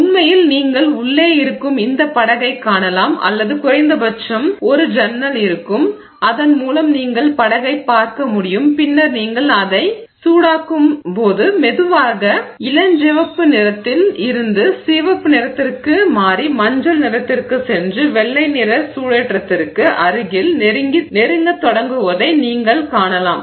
உண்மையில் நீங்கள் உள்ளே இருக்கும் இந்த படகைக் காணலாம் அல்லது குறைந்தபட்சம் ஒரு ஜன்னல் சாளரம் இருக்கும் அதன் மூலம் நீங்கள் படகைப் பார்க்க முடியும் பின்னர் நீங்கள் அதை சூடாக்கும்போது மெதுவாக மங்கற்சிவப்பு இளஞ்சிவப்பு நிறத்தில் இருந்து சிவப்பு நிறத்திற்கு மாறி மஞ்சள் நிறத்திற்கு சென்று வெள்ளை நிற சூடேற்றத்திற்கு அருகில் நெருங்கத் தொடங்குவதை நீங்கள் காணலாம்